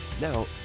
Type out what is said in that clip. Now